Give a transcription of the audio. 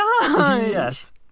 Yes